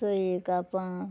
सोयें कापां